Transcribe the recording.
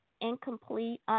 incomplete